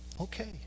okay